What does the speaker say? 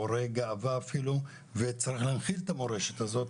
מעוררי גאווה אפילו וצריך להנחיל את המורשת הזאת